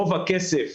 רוב הכסף